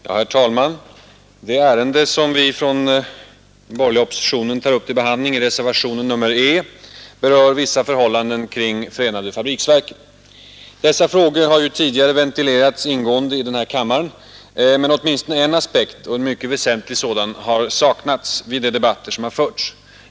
Herr talman! Det ärende som vi från den borgerliga oppositionen tar upp till behandling i reservationen E berör vissa förhållanden kring förenade fabriksverken. Dessa frågor har ju tidigare ventilerats ingående i denna kammare, men åtminstone en aspekt — och en mycket väsentlig sådan — har saknats vid de debatter som har förts.